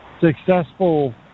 successful